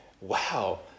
Wow